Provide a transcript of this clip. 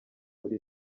muri